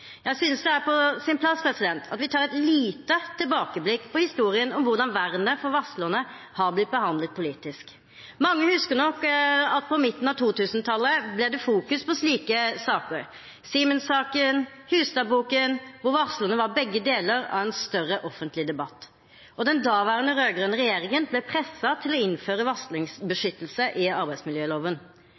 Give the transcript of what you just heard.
Jeg synes det er på sin plass å ta et lite tilbakeblikk på historien om hvordan vernet for varslere har blitt behandlet politisk. Mange husker nok at på midten av 2000-tallet ble det fokusert på slike saker; på Siemens-saken og på Hustad-boken, hvor begge varslerne var del av en større offentlig debatt. Den daværende rød-grønne regjeringen ble presset til å innføre varslingsbeskyttelse i arbeidsmiljøloven.